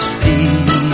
peace